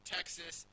Texas